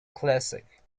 classic